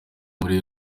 muri